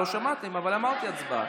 לא שמעתם, אבל אמרתי "הצבעה".